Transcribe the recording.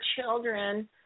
children